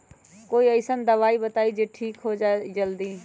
कोई अईसन दवाई बताई जे से ठीक हो जई जल्दी?